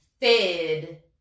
Fed